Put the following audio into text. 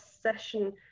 session